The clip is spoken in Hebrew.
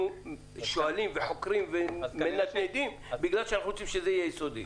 אנחנו שואלים וחוקרים ומנדנדים בגלל שאנחנו רוצים שזה יהיה יסודי,